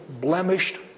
blemished